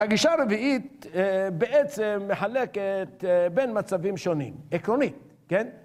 הגישה הרביעית בעצם מחלקת בין מצבים שונים. עקרוני, כן?